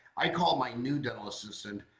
i called my new dental assistant